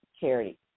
charity